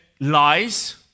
lies